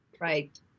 Right